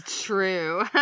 True